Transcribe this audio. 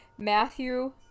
Matthew